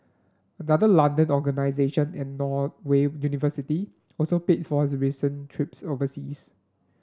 another London organisation and a Norway university also paid for his recent trips overseas